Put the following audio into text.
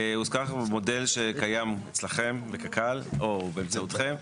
מודל שקיים אצלכם בקק"ל או באמצעותכם,